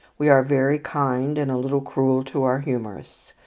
we are very kind and a little cruel to our humourists.